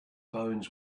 bones